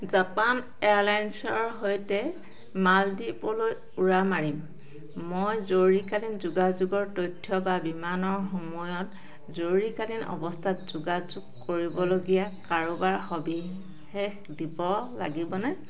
Japan এয়াৰলাইন্সৰ সৈতে মালদ্বীপলৈ উৰা মাৰিম মই জৰুৰীকালীন যোগাযোগৰ তথ্য বা বিমানৰ সময়ত জৰুৰীকালীন অৱস্থাত যোগাযোগ কৰিবলগীয়া কাৰোবাৰ সবিশেষ দিব লাগিবনে